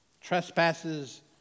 Trespasses